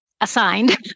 assigned